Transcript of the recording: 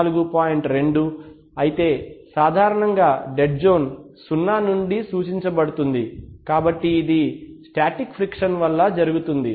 2 అయితే సాధారణంగా dead zone సున్నా నుండి సూచించబడుతుంది కాబట్టి ఇది స్టాటిక్ ఫ్రిక్షన్ వలన జరుగుతుంది